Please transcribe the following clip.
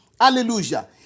Hallelujah